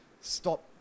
stop